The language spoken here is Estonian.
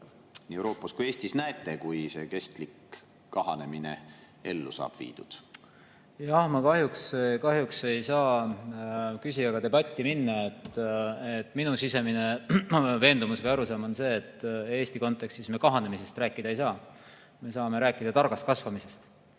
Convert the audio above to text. nii Euroopas kui Eestis näete, kui see kestlik kahanemine ellu saab viidud? Ma kahjuks ei saa küsijaga debatti [pidama hakata]. Minu sisemine veendumus või arusaam on see, et Eesti kontekstis me kahanemisest rääkida ei saa. Me saame rääkida targast kasvamisest.